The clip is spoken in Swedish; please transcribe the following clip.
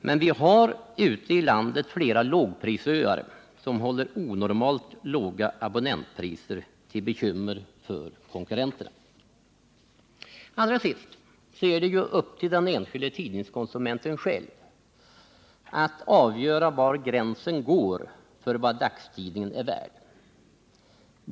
Men det finns ute i landet flera ”lågprisöar” som håller onormalt låga abonnentpriser till bekymmer för konkurrenterna. Allra sist är det ju upp till den enskilde tidningskonsumenten själv att avgöra var gränsen går för vad dagstidningen är värd.